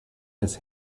his